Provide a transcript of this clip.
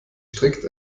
strikt